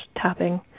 tapping